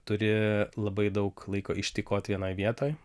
turi labai daug laiko ištykot vienoj vietoj